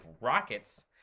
rockets